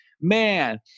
man